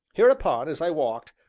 hereupon, as i walked,